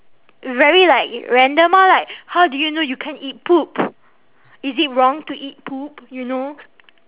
very like random ah like how do you know you can't eat poop is it wrong to eat poop you know